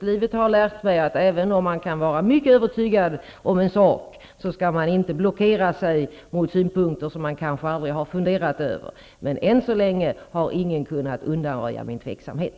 Livet har lärt mig att även om man kan vara mycket övertygad om en sak, skall man inte blockera sig mot synpunkter som man kanske aldrig har funderat över. Men än så länge har ingen kunnat undanröja min tveksamhet.